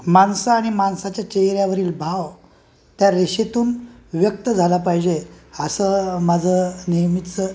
माणसं आणि माणसाच्या चेहऱ्यावरील भाव त्या रेषेतून व्यक्त झाला पाहिजे असं माझं नेहमीचं